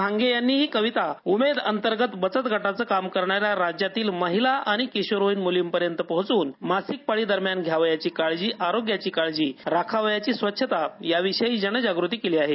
भांगे यांनी ही कविता उमेद अंतर्गत बचत गटाचं काम करणाऱ्या राज्यातील महिला आणि किशोरवयीन मुलींपर्यंत पोहोचवून मासिक पाळी दरम्यान घ्यायची काळजी आरोग्याची काळजी याकाळात घ्यावयाचा आहार राखावयाची स्वच्छता याविषयी जनजागृती केली आहे